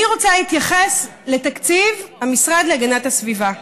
אני רוצה להתייחס לתקציב המשרד להגנת הסביבה.